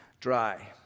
dry